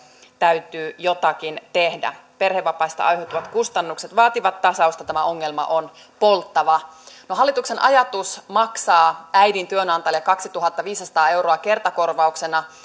täytyy jotakin tehdä perhevapaista aiheutuvat kustannukset vaativat tasausta tämä ongelma on polttava no hallituksen ajatus maksaa äidin työnantajalle kaksituhattaviisisataa euroa kertakorvauksena